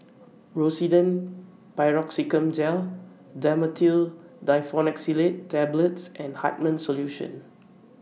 Rosiden Piroxicam Gel Dhamotil Diphenoxylate Tablets and Hartman's Solution